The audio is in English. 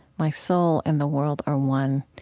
my soul and the world are one.